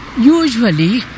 Usually